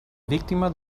víctima